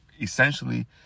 essentially